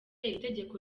itegeko